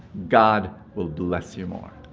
god will bless you more.